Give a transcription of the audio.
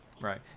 right